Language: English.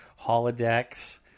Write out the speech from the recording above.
holodecks